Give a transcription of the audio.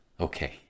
Okay